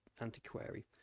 antiquary